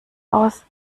aus